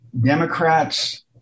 Democrats